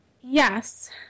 Yes